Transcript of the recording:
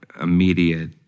immediate